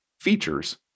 features